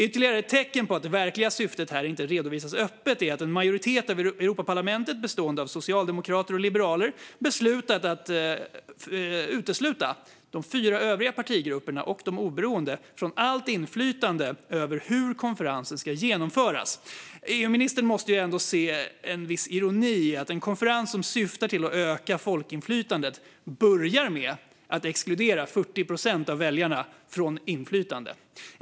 Ytterligare ett tecken på att det verkliga syftet inte redovisas öppet är att en majoritet av Europaparlamentet, bestående av socialdemokrater och liberaler, beslutat att utesluta de fyra övriga partigrupperna och de oberoende från allt inflytande över hur konferensen ska genomföras. EU-ministern måste ju ändå se en viss ironi i att en konferens som syftar till att öka folkinflytandet börjar med att exkludera 40 procent av väljarna från inflytande.